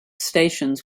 stations